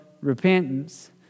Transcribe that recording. repentance